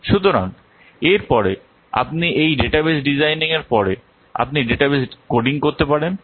সুতরাং এরপরে আপনি এই ডেটাবেস ডিজাইনিং র পরে আপনি ডেটাবেস কোডিং করতে পারেন এটি 105 দিন সময় নিতে পারে